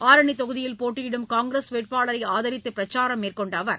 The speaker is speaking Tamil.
ஆரணி தொகுதியில் போட்டியிடும் காங்கிரஸ் வேட்பாளரை ஆதரித்து பிரச்சாரம் மேற்கொண்ட அவர்